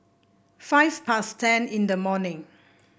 five past ten in the morning